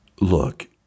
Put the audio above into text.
Look